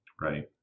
Right